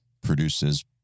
produces